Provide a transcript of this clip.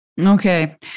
Okay